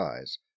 eyes